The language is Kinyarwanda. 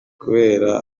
kubera